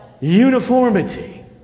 uniformity